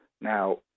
Now